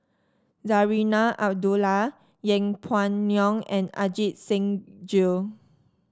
Zarinah Abdullah Yeng Pway Ngon and Ajit Singh Gill